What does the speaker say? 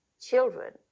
children